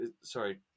Sorry